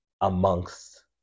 amongst